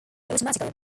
automatically